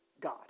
God